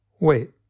Wait